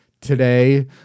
today